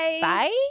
bye